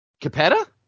Capetta